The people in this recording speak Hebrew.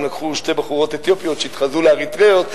הם לקחו שתי בחורות אתיופיות שהתחזו לאריתריאיות,